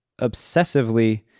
obsessively